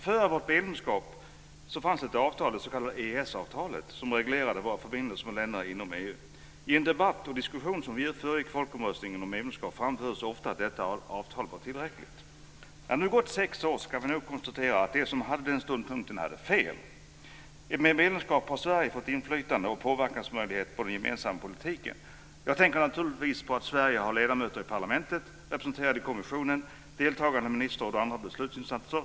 Före vårt medlemskap fanns ett avtal, det s.k. EES-avtalet, som reglerade våra förbindelse med länderna inom EG. I den debatt och diskussion som föregick folkomröstning och medlemskap framfördes ofta att detta avtal var tillräckligt. När det nu gått sex år kan vi nog konstatera att de som hade den ståndpunkten hade fel. Med medlemskapet har Sverige fått inflytande och påverkansmöjlighet på den gemensamma politiken. Jag tänker naturligtvis på att Sverige har ledamöter i parlamentet, är representerat i kommissionen och deltar i ministerråd och andra beslutsinstanser.